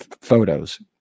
photos